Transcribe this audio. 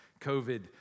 COVID